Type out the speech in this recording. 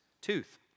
tooth